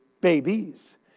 babies